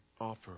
offer